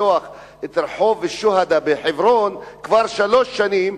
לפתוח את רחוב השוהדא בחברון כבר לפני שלוש שנים,